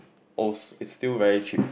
it's still very cheap